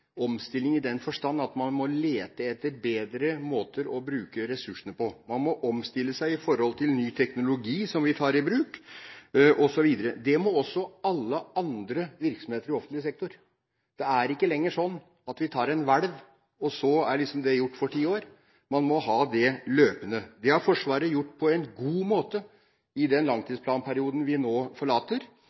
omstilling, i den forstand at man må lete etter bedre måter å bruke ressursene på. Man må omstille seg til ny teknologi som vi tar i bruk, osv. Det må også alle andre virksomheter i offentlig sektor. Det er ikke lenger slik at vi tar en hvelv, og så er det liksom gjort for ti år. Man må løpende gjøre det. Det har Forsvaret gjort på en god måte i den langtidsplanperioden vi nå forlater,